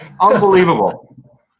unbelievable